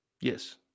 Yes